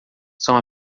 são